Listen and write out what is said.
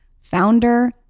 founder